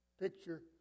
picture